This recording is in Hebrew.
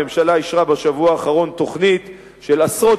הממשלה אישרה בשבוע האחרון תוכנית של עשרות